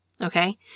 Okay